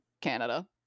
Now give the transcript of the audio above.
canada